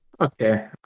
Okay